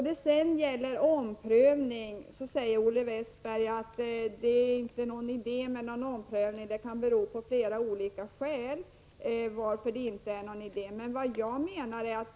Vad gäller omprövning säger Olle Westberg att det av flera olika skäl inte är någon idé att göra en omprövning.